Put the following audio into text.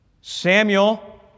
Samuel